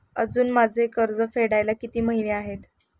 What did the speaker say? अजुन माझे कर्ज फेडायला किती महिने आहेत?